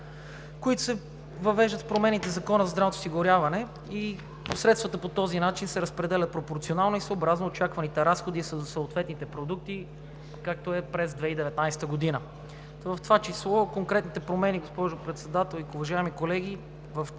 които се въвеждат в промените в Закона за здравното осигуряване – средствата по този начин се разпределят пропорционално и съобразно очакваните разходи за съответните продукти, както е през 2019 г. В това число конкретните промени, госпожо Председател, уважаеми колеги – предлагам